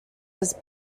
was